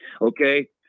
okay